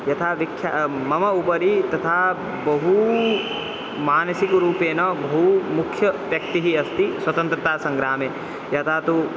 यथा विख्यातः मम उपरि तथा बहू मानसिकरूपेण बहु मुख्यः व्यक्तिः अस्ति स्वतन्त्रतासङ्ग्रामे यथा तु